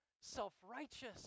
self-righteous